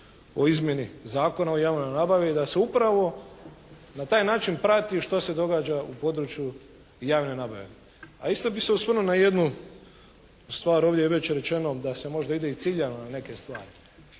o izmjeni Zakona o javnoj nabavi. Da se upravo na taj način prati što se događa u području javne nabave. A isto bi se osvrnuo na jednu stvar. Ovdje je već rečeno da se možda ide i ciljano na neke stvari.